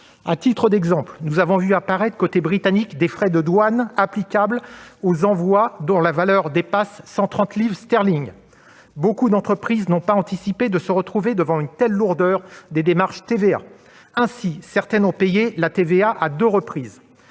À titre d'exemple, nous avons vu apparaître, côté britannique, des frais de douane applicables aux envois dont la valeur dépasse 130 livres sterling. De nombreuses entreprises n'ont pas anticipé de se retrouver devant une telle lourdeur des démarches relatives à la TVA. Ainsi, certaines ont payé la TVA à deux reprises.